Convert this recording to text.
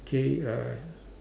K uh